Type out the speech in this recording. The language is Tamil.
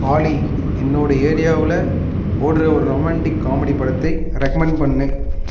ஆலி என்னோட ஏரியாவில் ஓடுகிற ஒரு ரொமான்டிக் காமெடி படத்தை ரெகமண்ட் பண்ணு